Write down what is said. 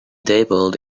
dabbled